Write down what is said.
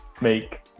make